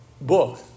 book